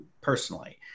personally